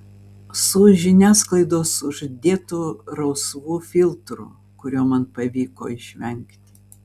su žiniasklaidos uždėtu rausvu filtru kurio man pavyko išvengti